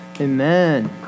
Amen